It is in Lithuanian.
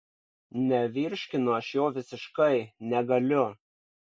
nevirškinu aš jo visiškai negaliu